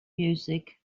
music